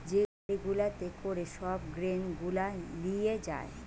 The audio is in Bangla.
যে গাড়ি গুলাতে করে সব গ্রেন গুলা লিয়ে যায়